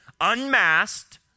unmasked